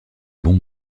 bon